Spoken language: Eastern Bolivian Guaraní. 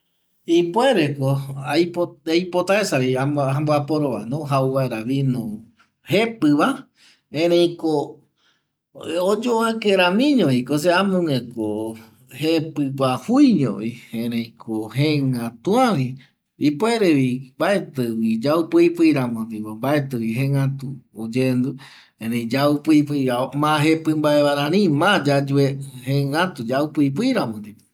Ipuereko aipotaesa amboaporovano jau vaera vino jepƚva, ereiko oyovake ramiño viko esa amogueko jepƚ guajuiñovi ereiko jengatuavi ipuerevi mbaetƚvi yaupƚipƚi ramo ndipo mbaetƚvi jengatu oyendu erei yaupƚipƚi jepƚ mbae rari ma yayue jengatu yaupƚipƚi ramo